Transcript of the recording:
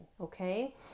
Okay